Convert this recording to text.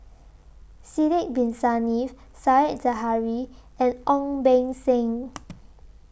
Sidek Bin Saniff Said Zahari and Ong Beng Seng